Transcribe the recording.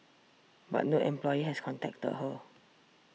but no employer has contacted her